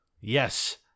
Yes